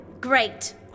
great